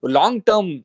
long-term